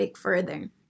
further